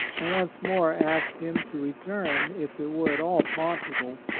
and once more asked him to return, if it were at all possible.